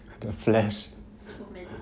superman